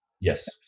Yes